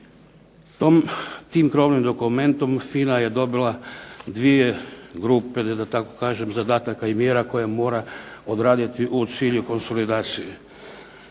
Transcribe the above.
Tim probnim dokumentom FINA je dobila dvije grupe da tako kažem zadatak i mjera koje mora odraditi u cilju konsolidacije,